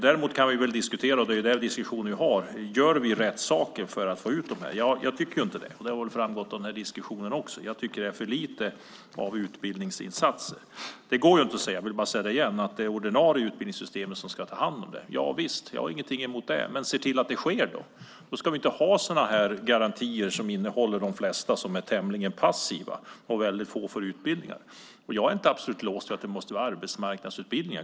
Däremot kan vi diskutera - och det är den diskussionen vi nu för - om vi gör rätt saker för att få ut dem. Jag tycker ju inte det, vilket väl också framgått av diskussionen. Jag tycker att det är för lite utbildningsinsatser. Jag vill återigen säga att det inte går att säga att det ordinarie utbildningssystemet ska ta hand om det. Jag har ingenting emot det, men se då till att det sker! Då ska vi inte ha garantier där de flesta är tämligen passiva och väldigt få får utbildningar. Jag är inte absolut låst vid att det måste vara fråga om arbetsmarknadsutbildningar.